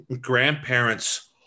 grandparents